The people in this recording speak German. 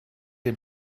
dem